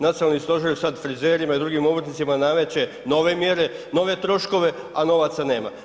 Nacionalni stožer sada frizerima i drugim obrtnicima nameće nove mjere, nove troškove, a novaca nema.